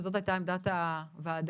וזאת הייתה עמדת הוועדה,